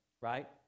right